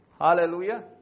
Hallelujah